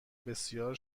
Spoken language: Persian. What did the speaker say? بسیار